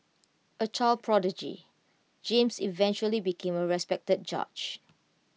A child prodigy James eventually became A respected judge